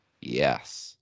Yes